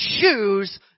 choose